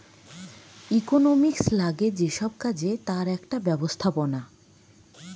economics লাগে যেই সব কাজে তার একটা ব্যবস্থাপনা